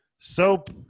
Soap